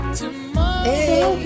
tomorrow